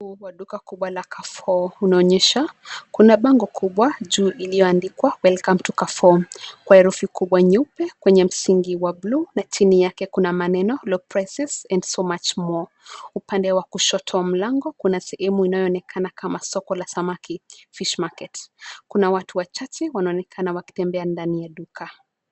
Huku kuna duka kubwa la (cs)Carrefour(cs) unaonyesha. Kuna bango kubwa juu iliyoandikwa (cs)welcome to Carrefour(cs) kwa herufi kubwa nyeupe kwenye msingi wa buluu na chini yake kuna maneno (cs)lock prices and so much more(cs). Upande wake wa kushoto wa mlango kuna sehemu unaoonekana kama soko la samaki (cs) fish market(cs) . Kuna watu wachache wanaoonekana wakitembea ndani ya duka.